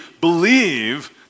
believe